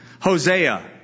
Hosea